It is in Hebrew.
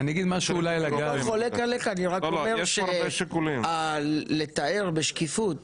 אני לא חולק עליך, אני רק אומר שלתאר בשקיפות